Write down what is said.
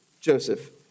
Joseph